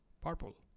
purple